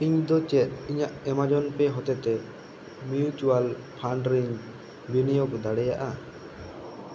ᱤᱧ ᱫᱚ ᱪᱮᱫ ᱤᱧᱟᱜ ᱮᱢᱟᱡᱚᱱ ᱯᱮᱹ ᱦᱚᱛᱮᱛᱮ ᱢᱤᱭᱩᱪᱩᱭᱟᱞ ᱯᱷᱟᱰ ᱨᱮᱧ ᱵᱤᱱᱤᱭᱳᱜᱽ ᱫᱟᱲᱮᱭᱟᱜᱼᱟ